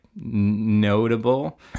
notable